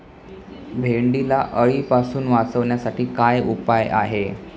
भेंडीला अळीपासून वाचवण्यासाठी काय उपाय आहे?